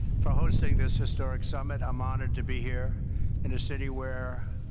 for hosting this historic summit. i'm honored to be here in a city where,